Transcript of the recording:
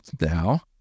now